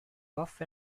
buff